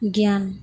गियान